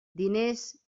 diners